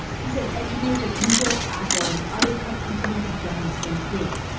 he says, engineers at google, apple and other tech companies have done the same thing.